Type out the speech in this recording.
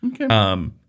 Okay